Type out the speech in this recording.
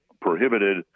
prohibited